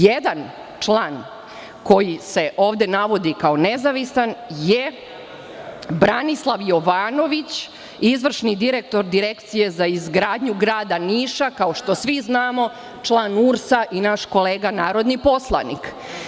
Jedan član koji se ovde navodi kao nezavistan je Branislav Jovanović, izvršni direktor Direkcije za izgradnju grada Niša, kao što svi znamo, član URS i naš kolega narodni poslanik.